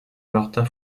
martin